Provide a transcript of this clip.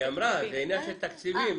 היא אמרה, זה עניין של תקציבים.